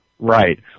Right